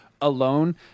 alone